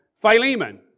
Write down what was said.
Philemon